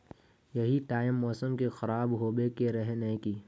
यही टाइम मौसम के खराब होबे के रहे नय की?